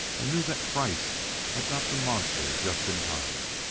and knew that kreiss had got the monster just in time.